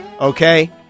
Okay